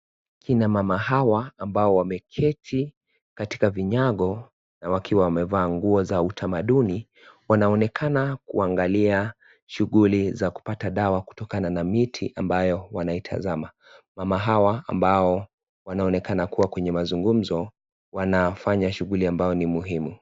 Kina mama hawa ambao wameketi katika vinyago na wakiwa wamevaa nguo za utamaduni wanaonekana kuangalia shughuli za kupata dawa kutokana na miti ambayo wanaitazama. Mama hawa ambao wanaonekana kuwa kwenye mazungumzo wanafanya shughuli ambao ni muhimu.